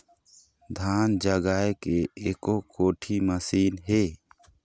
धान जगाए के एको कोठी मशीन हे?